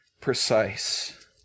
precise